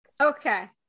Okay